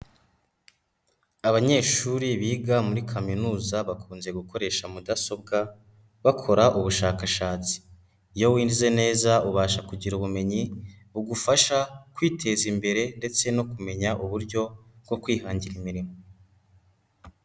Abanyeshuri biga muri kaminuza bakunze gukoresha mudasobwa bakora ubushakashatsi, iyo wize neza ubasha kugira ubumenyi, bugufasha kwiteza imbere ndetse no kumenya uburyo bwo kwihangira imirimo.